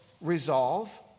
resolve